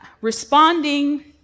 Responding